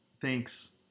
Thanks